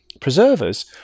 Preservers